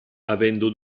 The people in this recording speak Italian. avendo